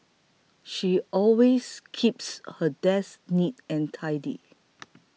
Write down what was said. she always keeps her desk neat and tidy